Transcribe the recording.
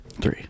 Three